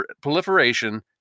proliferation